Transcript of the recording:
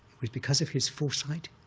was because of his foresight,